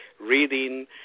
reading